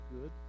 good